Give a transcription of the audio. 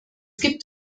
gibt